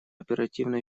оперативной